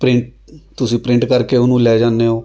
ਪ੍ਰਿ ਤੁਸੀਂ ਪ੍ਰਿੰਟ ਕਰਕੇ ਉਹਨੂੰ ਲੈ ਜਾਂਦੇ ਹੋ